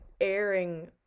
airing